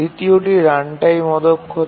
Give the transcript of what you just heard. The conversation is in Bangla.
দ্বিতীয়টি রানটাইম অদক্ষতা